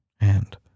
and